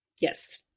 yes